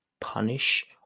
punish